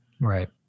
right